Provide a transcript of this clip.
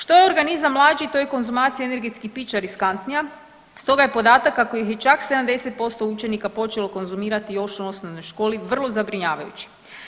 Što je organizam mlađi to je konzumacija energetskih pića riskantnija, stoga je podatak kako ih je čak 70% učenika počelo konzumirati još u osnovnoj školi vrlo zabrinjavajući.